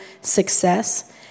success